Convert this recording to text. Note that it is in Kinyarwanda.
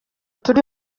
turi